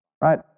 Right